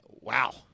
wow